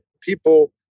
people